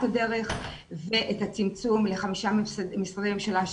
הדרך ואת הצמצום לחמישה משרדי ממשלה,